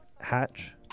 hatch